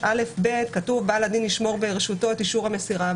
ב-745(א)(ב) כתוב ש"בעל הדין ישמור ברשותו את אישור המסירה".